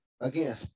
again